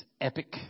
epic